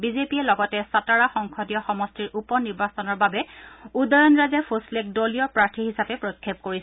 বিজেপিয়ে লগতে ছাতাৰা সংসদীয় সমষ্টিৰ উপ নিৰ্বাচনৰ বাবে উদয়ন ৰাজে ভোচলেক দলীয় প্ৰাৰ্থী হিচাপে প্ৰক্ষেপ কৰিছে